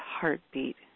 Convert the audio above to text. heartbeat